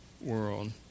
world